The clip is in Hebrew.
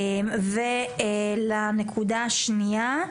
ולנקודה השנייה,